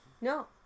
No